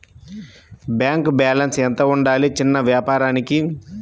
Bank balance ఎంత ఉండాలి చిన్న వ్యాపారానికి?